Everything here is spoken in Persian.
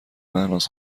مهناز